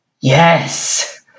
Yes